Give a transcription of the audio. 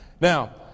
Now